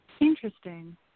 Interesting